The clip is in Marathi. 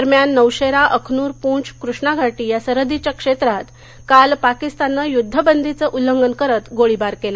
दरम्यान नौशेरा अखनूर पूंच कृष्ण घाटी या सरहद्दीच्या क्षेत्रात काल पाकिस्ताननं युद्धबंदीचं उल्लंघन करत गोळीबार केला